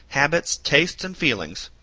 habits, tastes and feelings.